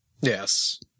Yes